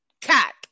cat